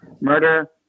murder